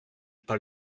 pas